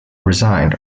resigned